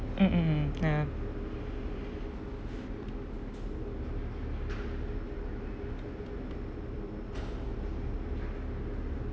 mm mm mm ya